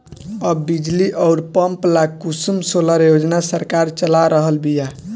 अब बिजली अउर पंप ला कुसुम सोलर योजना सरकार चला रहल बिया